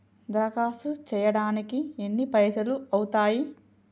దరఖాస్తు చేయడానికి ఎన్ని పైసలు అవుతయీ?